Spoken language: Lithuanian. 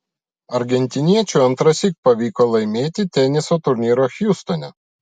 argentiniečiui antrąsyk pavyko laimėti teniso turnyrą hjustone